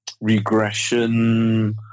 regression